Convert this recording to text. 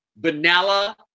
vanilla